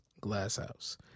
Glasshouse